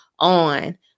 On